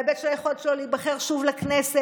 בהיבט של היכולת שלו להיבחר שוב לכנסת,